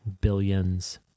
billions